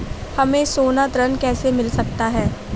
हमें सोना ऋण कैसे मिल सकता है?